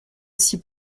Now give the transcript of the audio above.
ainsi